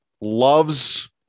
loves